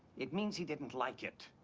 it means he didn't like it.